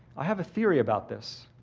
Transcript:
i have a theory about this.